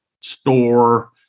store